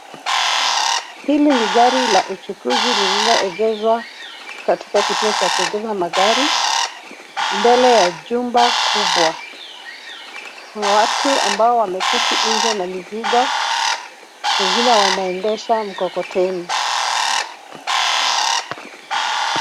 Hili ni gari la uchukuzi lililoegezwa katika kituo cha kuegeza magari mbele ya jumba kubwa. Kuna watu ambao wameketi nje na mizigo wengine wanaendesha mkokoteni.